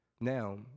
Now